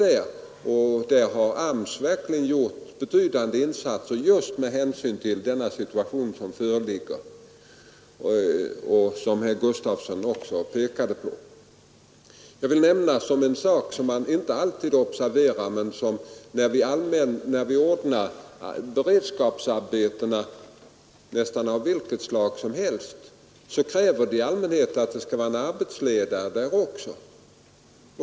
På detta område har AMS verkligen gjort betydande insatser, vilket också herr Gustafson pekade på. Jag vill nämna en sak som man inte alltid observerar. När vi ordnar beredskapsarbeten, nästan av vilket slag som helst, kräver de i allmänhet en arbetsledare.